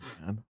man